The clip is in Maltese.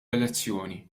elezzjoni